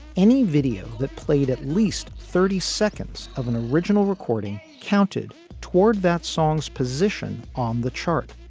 any video that played at least thirty seconds of an original recording counted toward that song's position on the chart.